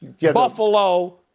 Buffalo